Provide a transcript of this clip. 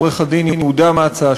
עורך-דין יהודה מצא,